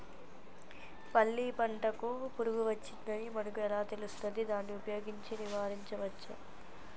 పల్లి పంటకు పురుగు వచ్చిందని మనకు ఎలా తెలుస్తది దాన్ని ఉపయోగించి నివారించవచ్చా?